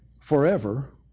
forever